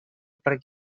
park